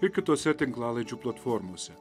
ir kitose tinklalaidžių platformose